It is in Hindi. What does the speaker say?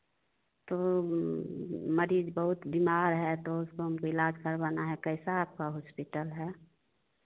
तो मरीज़ बहुत बीमार है तो उसको हम इलाज करवाना है कैसा आपका हॉस्पिटाल है